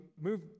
move